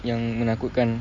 yang menakutkan